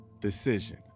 decision